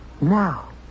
Now